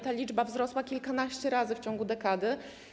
Ta liczba wzrosła kilkanaście razy w ciągu dekady.